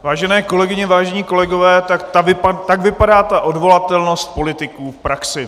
Vážené kolegyně, vážení kolegové, tak vypadá ta odvolatelnost politiků v praxi.